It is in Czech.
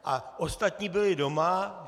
A ostatní byli doma.